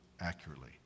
accurately